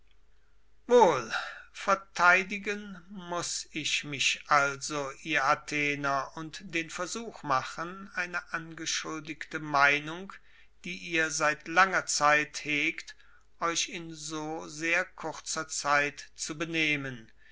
wohl verteidigen muß ich mich also ihr athener und den versuch machen eine angeschuldigte meinung die ihr seit langer zeit hegt euch in so sehr kurzer zeit zu benehmen